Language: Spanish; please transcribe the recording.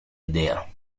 idea